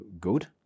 good